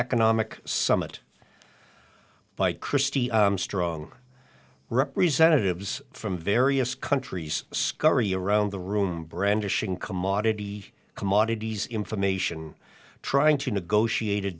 economic summit by christy strong representatives from various countries scurry around the room brandishing commodity commodities information trying to negotiate a